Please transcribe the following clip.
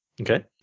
Okay